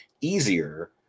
easier